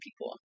people